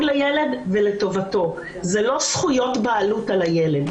לילד ולטובתו ולא זכויות בעלות על הילד.